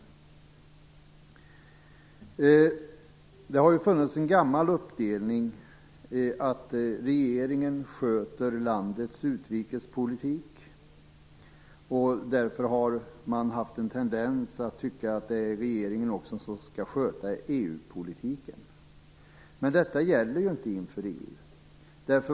Det har ju funnits en gammal uppdelning att regeringen sköter landets utrikespolitik. Därför har man haft en tendens att tycka att det också är regeringen som skall sköta EU-politiken. Men detta gäller ju inte inför EU.